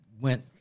went